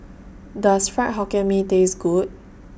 Does Fried Hokkien Mee Taste Good